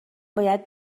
باید